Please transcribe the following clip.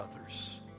others